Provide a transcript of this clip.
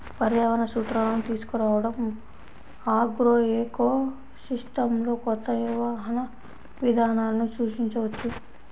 పర్యావరణ సూత్రాలను తీసుకురావడంఆగ్రోఎకోసిస్టమ్లోకొత్త నిర్వహణ విధానాలను సూచించవచ్చు